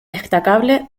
destacable